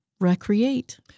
recreate